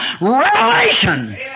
revelation